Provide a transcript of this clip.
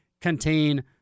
contain